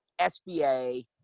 SBA